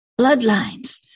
bloodlines